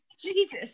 Jesus